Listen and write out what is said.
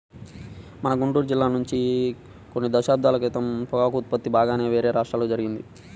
మన గుంటూరు జిల్లా నుంచి కొన్ని దశాబ్దాల క్రితం పొగాకు ఉత్పత్తి బాగానే వేరే రాష్ట్రాలకు జరిగింది